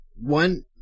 One